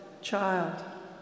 child